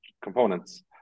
components